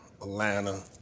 Atlanta